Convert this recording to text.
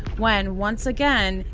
when, once again,